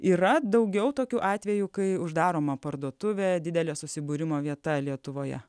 yra daugiau tokių atvejų kai uždaroma parduotuvė didelio susibūrimo vieta lietuvoje